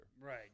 Right